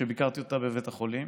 כשביקרתי אותה בבית החולים